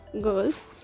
girls